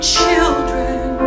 children